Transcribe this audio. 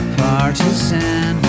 partisan